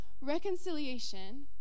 Reconciliation